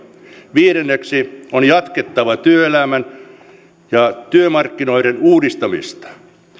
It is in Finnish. viidenneksi on jatkettava työelämän ja työmarkkinoiden uudistamista